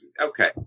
okay